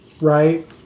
Right